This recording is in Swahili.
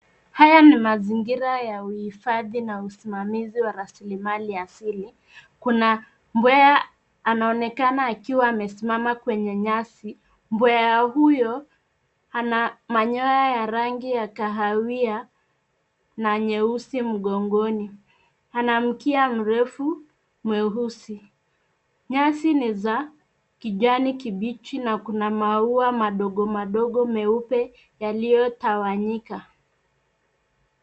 Haya ni mazingira ya uhifadhi na usimamizi wa rasilimali asili. Kuna mbweha anaonekana akiwa amesimama kwenye nyasi , mbweha huyo, ana manyoyoa ya rangi ya kahawia na nyeusi mgongoni, ana mkia mrefu mweusi. Nyasi ni za kijani kibichi na kuna maua madogo madogo meupe yaliyotawanyika.